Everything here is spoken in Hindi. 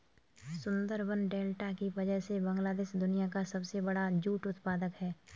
सुंदरबन डेल्टा की वजह से बांग्लादेश दुनिया का सबसे बड़ा जूट उत्पादक है